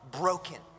broken